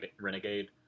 Renegade